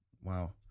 Wow